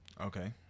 Okay